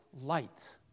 light